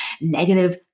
negative